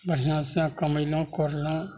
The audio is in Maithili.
बढ़िआँ से कमेलहुॅं कोड़लहुॅं